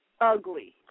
ugly